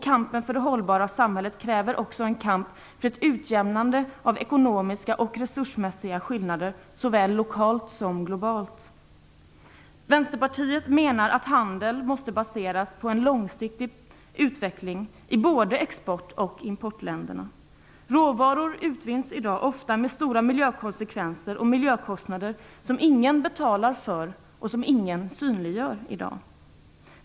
Kampen för det hållbara samhället kräver också en kamp för ett utjämnande av ekonomiska och resursmässiga skillnader, såväl lokalt som globalt. Vänsterpartiet menar att handel måste baseras på en långsiktig utveckling i både export och importländerna. I dag utvinns råvaror ofta med stora miljökonsekvenser och miljökostnader som ingen betalar för eller synliggör.